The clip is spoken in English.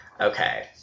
Okay